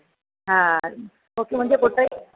हा मूंखे मुंहिंजे पुट जी